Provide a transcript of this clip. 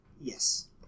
Yes